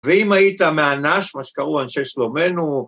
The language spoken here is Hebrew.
ואם היית מאנ"ש, מה שקראו אנשי שלומינו,